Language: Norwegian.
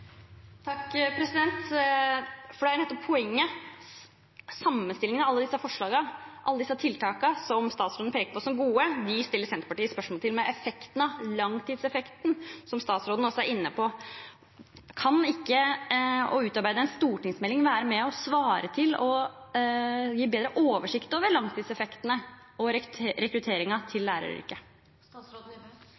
Det er nettopp poenget: Sammenstillingen av alle disse forslagene, alle disse tiltakene som statsråden peker på som gode, stiller Senterpartiet spørsmål ved effekten av, langtidseffekten, som statsråden også er inne på. Kan ikke det å utarbeide en stortingsmelding være med og svare ut og gi bedre oversikt over langtidseffektene og rekrutteringen til